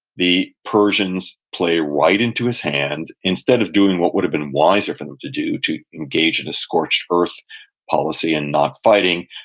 the persians play right into his hand. instead of doing what would have been wiser for them to do, to engage in a scorched earth policy and not fighting,